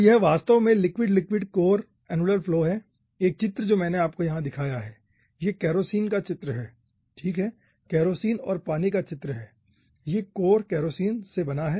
तो यह वास्तव में liquid liquid core annular flow है एक चित्र जो मैंने आपको यहां दिखाया है यह केरोसिन की चित्र है ठीक है केरोसिन और पानी की चित्र है तो यह कोर केरोसिन से बना है